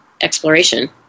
exploration